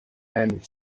and